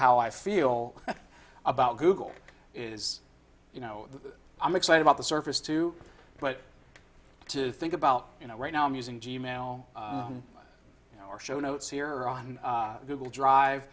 how i feel about google is you know i'm excited about the surface too but to think about you know right now i'm using g mail you know our show notes here on google drive